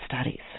studies